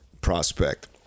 prospect